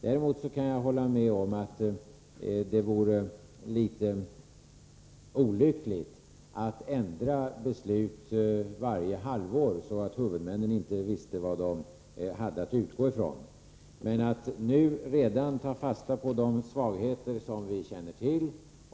Däremot kan jag hålla med om att det vore litet olyckligt att ändra beslut varje halvår, så att huvudmännen inte vet vad de har att utgå ifrån. Det är en angelägen fråga att redan nu ta fasta på de svagheter som vi känner till.